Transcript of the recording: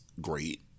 great